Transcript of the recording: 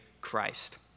Christ